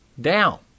down